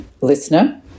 Listener